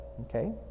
Okay